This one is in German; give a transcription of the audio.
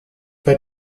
bei